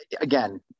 again